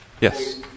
Yes